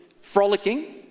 frolicking